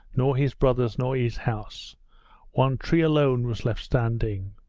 nor his brothers, nor his house one tree alone was left standing.